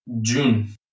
June